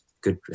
good